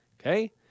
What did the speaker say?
Okay